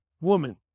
woman